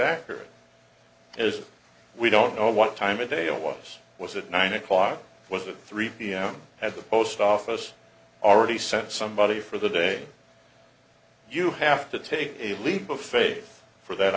accurate as we don't know what time of day it was was it nine o'clock was it three pm at the post office already sent somebody for the day you have to take a leap of faith for that